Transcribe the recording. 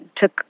took